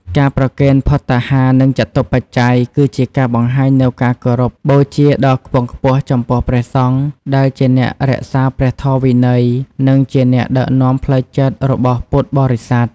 ការប្រគេនភត្តាហារ និងចតុបច្ច័យ គឺជាការបង្ហាញនូវការគោរពបូជាដ៏ខ្ពង់ខ្ពស់ចំពោះព្រះសង្ឃ ដែលជាអ្នករក្សាព្រះធម៌វិន័យ និងជាអ្នកដឹកនាំផ្លូវចិត្តរបស់ពុទ្ធបរិស័ទ។